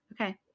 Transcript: Okay